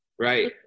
right